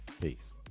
Peace